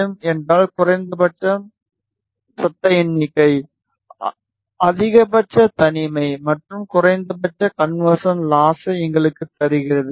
M என்றால் குறைந்தபட்ச சத்தம் எண்ணிக்கை அதிகபட்ச தனிமை மற்றும் குறைந்தபட்ச கன்வெர்சன் லாசைப் எங்களுக்குத் தருகிறது